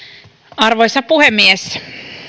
arvoisa puhemies